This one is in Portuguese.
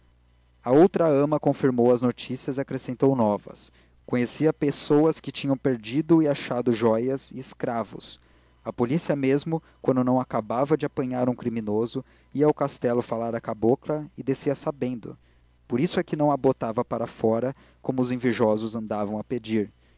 a outra ama confirmou as notícias e acrescentou novas conhecia pessoas que tinham perdido e achado joias e escravos a polícia mesma quando não acabava de apanhar um criminoso ia ao castelo falar à cabocla e descia sabendo por isso é que não a botava para fora como os invejosos andavam a pedir